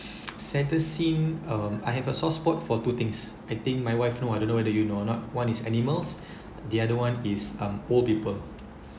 saddest scene um I have a soft spot for two things I think my wife know I don't know whether you know or not one is animals the other one is um old people